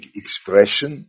expression